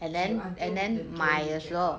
till until the~ then you check out